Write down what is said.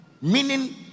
meaning